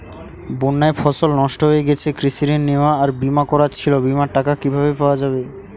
বন্যায় ফসল নষ্ট হয়ে গেছে কৃষি ঋণ নেওয়া আর বিমা করা ছিল বিমার টাকা কিভাবে পাওয়া যাবে?